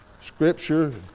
Scripture